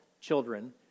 children